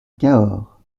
cahors